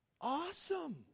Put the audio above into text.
awesome